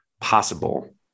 possible